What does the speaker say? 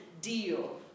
deal